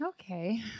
Okay